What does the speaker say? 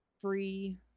Free